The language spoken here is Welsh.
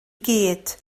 gyd